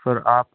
سر آپ